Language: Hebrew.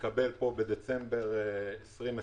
להגיע בדצמבר 2020,